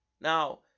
now